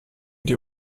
die